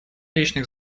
личных